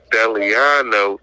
Deliano